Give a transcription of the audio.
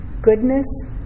goodness